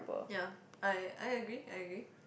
ya I I agree I agree